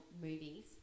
movies